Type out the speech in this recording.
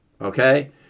Okay